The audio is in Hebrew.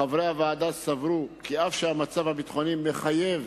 חברי הוועדה סברו כי אף שהמצב הביטחוני מחייב